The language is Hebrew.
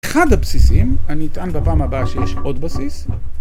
אחד הבסיסים, אני אטען בפעם הבאה שיש עוד בסיס...